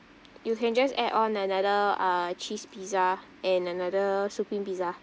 you can just add on another uh cheese pizza and another supreme pizza